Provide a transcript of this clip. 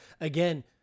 again